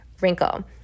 wrinkle